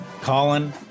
Colin